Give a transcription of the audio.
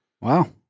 Wow